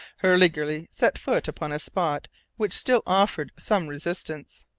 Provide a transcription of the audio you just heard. hurliguerly set foot upon a spot which still offered some resistance.